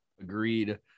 Agreed